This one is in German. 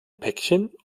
päckchen